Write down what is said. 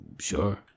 Sure